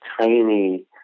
tiny